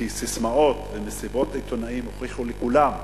כי ססמאות ומסיבות עיתונאים, הוכיחו לכולם,